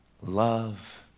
love